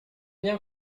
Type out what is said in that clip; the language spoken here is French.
bien